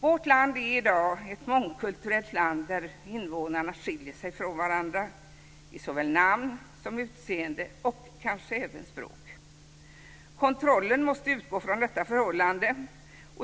Vårt land är i dag ett mångkulturellt land där invånarna skiljer sig från varandra såväl till namn som till utseende och kanske även vad gäller språket. Kontrollen måste utgå från detta förhållande.